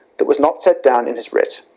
that was not set down in his writ.